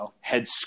head